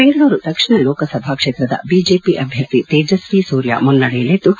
ಬೆಂಗಳೂರು ದಕ್ಷಿಣ ಲೋಕಸಭಾ ಕ್ಷೇತ್ರದ ಬಿಜೆಪಿ ಅಭ್ಯರ್ಥಿ ತೇಜಸ್ವಿ ಸೂರ್ಯ ಮುನ್ನಡೆಯಲ್ಲಿದ್ದು